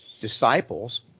disciples